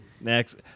Next